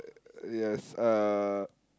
uh yes uh